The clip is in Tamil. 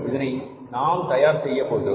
இதனை நாம் தயார் செய்யப் போகிறோம்